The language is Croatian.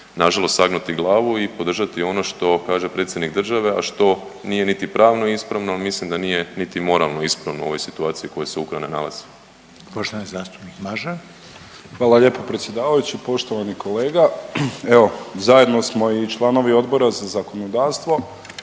nažalost sagnuti glavu i podržati ono što kaže predsjednik države, a što nije niti pravno ispravno, a mislim nije niti moralno ispravno u ovoj situaciji u kojoj se Ukrajina nalazi. **Reiner, Željko (HDZ)** Poštovani zastupnik Mažar. **Mažar, Nikola (HDZ)** Hvala lijepo predsjedavajući. Poštovani kolega evo zajedno smo i članovi Odbora za zakonodavstvo.